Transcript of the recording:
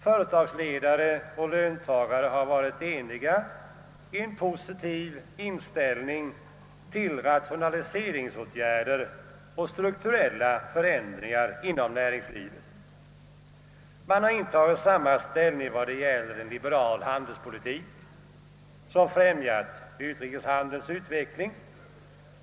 Företagsledare och löntagare har varit eniga i en positiv inställning till rationaliseringsåtgärder och strukturella förändringar inom näringslivet. Man har intagit samma ställning i fråga om en liberal handelspolitik som främjat utrikeshandelns utveckling.